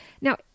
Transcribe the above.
Now